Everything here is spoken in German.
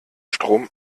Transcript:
strom